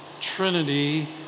Trinity